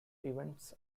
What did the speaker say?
events